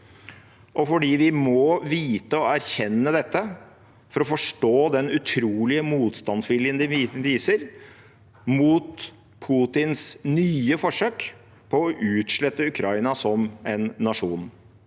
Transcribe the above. nå. Vi må vite og erkjenne dette for å forstå den utrolige motstandsviljen de viser mot Putins nye forsøk på å utslette Ukraina som nasjon.